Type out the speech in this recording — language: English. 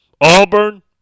Auburn